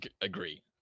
agree